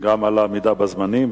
גם על העמידה בזמנים,